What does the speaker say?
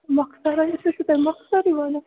مۄخصَر حظ أسۍ حظ چھُ تۄہہِ مۄخصَرٕے وَنان